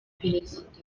perezida